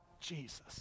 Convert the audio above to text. Jesus